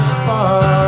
far